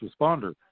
responder